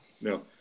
No